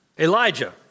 Elijah